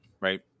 right